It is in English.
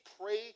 pray